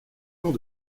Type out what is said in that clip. camp